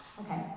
Okay